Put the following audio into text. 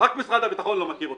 רק משרד הביטחון לא מכיר אותנו.